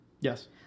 Yes